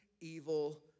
evil